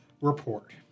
Report